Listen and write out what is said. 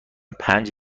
پنج